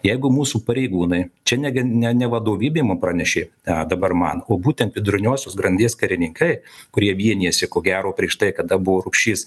jeigu mūsų pareigūnai čia negi ne ne vadovybė mum pranešė a dabar man o būtent viduriniosios grandies karininkai kurie vienijasi ko gero prieš tai kada buvo rupšys